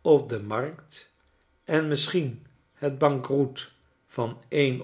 op de markt en misschien het bankroet van een